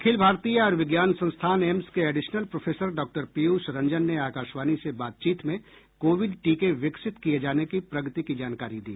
अखिल भारतीय आयुर्विज्ञान संस्थान एम्स के additional professor Dr Piyush Ranjan ने आकाशवाणी से बातचीत में कोविड टीके विकसित किए जाने की प्रगति की जानकारी दी